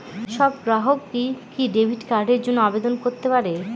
সব গ্রাহকই কি ডেবিট কার্ডের জন্য আবেদন করতে পারে?